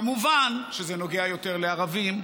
כמובן שזה נוגע יותר לערבים,